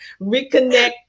reconnect